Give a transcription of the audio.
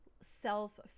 self